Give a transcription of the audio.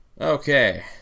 Okay